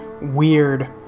Weird